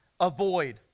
avoid